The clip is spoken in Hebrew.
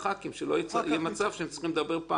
כדי שלא יצטרכו לדבר פעמיים.